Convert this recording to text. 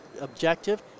objective